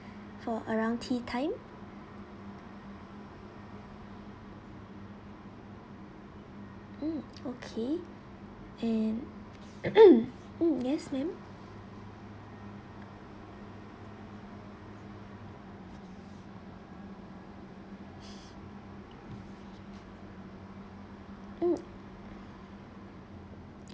for around tea time mm okay and mm yes ma'am mm